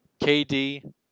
KD